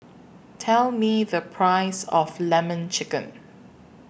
Tell Me The Price of Lemon Chicken